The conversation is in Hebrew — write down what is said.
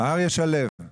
הוא